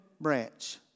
branch